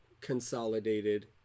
consolidated